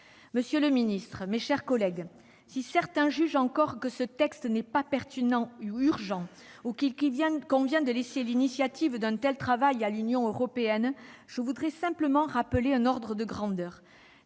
Monsieur le secrétaire d'État, mes chers collègues, si certains jugent encore que ce texte n'est pas pertinent ou urgent, ou qu'il convient de laisser l'initiative d'un tel travail à l'Union européenne, je veux simplement rappeler un ordre de grandeur